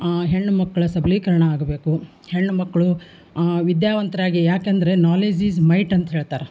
ಹೆಣ್ಣುಮಕ್ಳ ಸಬಲೀಕರಣ ಆಗಬೇಕು ಹೆಣ್ಣುಮಕ್ಳು ವಿದ್ಯಾವಂತರಾಗಿ ಯಾಕಂದರೆ ನಾಲೇಜ್ ಈಸ್ ಮೈಟ್ ಅಂತ ಹೇಳ್ತಾರೆ